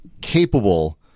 capable